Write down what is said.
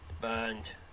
Burned